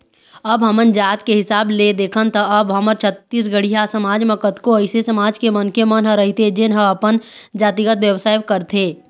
अब हमन जात के हिसाब ले देखन त अब हमर छत्तीसगढ़िया समाज म कतको अइसे समाज के मनखे मन ह रहिथे जेन ह अपन जातिगत बेवसाय करथे